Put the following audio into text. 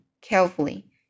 Carefully